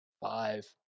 five